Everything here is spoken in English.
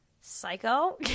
Psycho